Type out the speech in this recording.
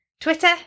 Twitter